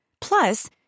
Plus